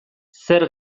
zer